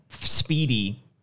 speedy